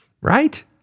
Right